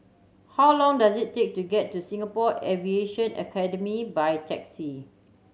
how long does it take to get to Singapore Aviation Academy by taxi